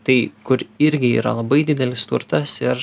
tai kur irgi yra labai didelis turtas ir